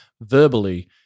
verbally